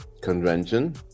convention